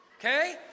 okay